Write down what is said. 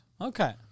Okay